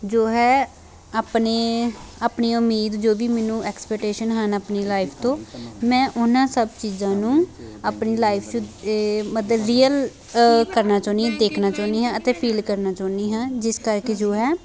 ਜੋ ਹੈ ਆਪਣੇ ਆਪਣੀ ਉਮੀਦ ਜੋ ਵੀ ਮੈਨੂੰ ਐਕਸਪੈਕਟੇਸ਼ਨ ਹਨ ਆਪਣੀ ਲਾਈਫ ਤੋਂ ਮੈਂ ਉਹਨਾਂ ਸਭ ਚੀਜ਼ਾਂ ਨੂੰ ਆਪਣੀ ਲਾਈਫ 'ਚ ਮਤਲਬ ਰੀਅਲ ਕਰਨਾ ਚਾਹੁੰਦੀ ਹਾਂ ਦੇਖਣਾ ਚਾਹੁੰਦੀ ਹਾਂ ਅਤੇ ਫੀਲ ਕਰਨਾ ਚਾਹੁੰਦੀ ਹਾਂ ਜਿਸ ਕਰਕੇ ਜੋ ਹੈ